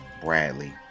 Bradley